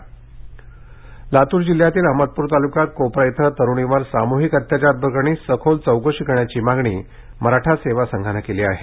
कोपरा अत्याचार निवेदन लातूर जिल्ह्यातील अहमदपूर तालुक्यात कोपरा इथं तरुणीवर सामूहिक अत्याचार प्रकरणी सखोल चौकशी करण्याची मागणी मराठा सेवा संघानं केली आहे